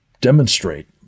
demonstrate